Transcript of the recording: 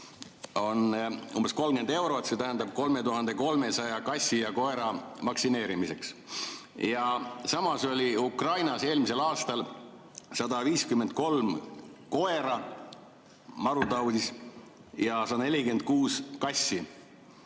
on umbes 30 eurot, see tähendab 3300 kassi ja koera vaktsineerimist. Samas oli Ukrainas eelmisel aastal 153 koera marutaudis ja 146 kassi.